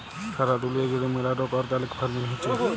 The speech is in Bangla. সারা দুলিয়া জুড়ে ম্যালা রোক অর্গ্যালিক ফার্মিং হচ্যে